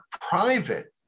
private